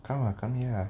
come lah come here ah